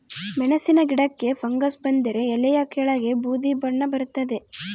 ಮೆಣಸಿನ ಗಿಡಕ್ಕೆ ಫಂಗಸ್ ಬಂದರೆ ಎಲೆಯ ಕೆಳಗೆ ಬೂದಿ ಬಣ್ಣ ಬರ್ತಾದೆ